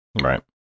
Right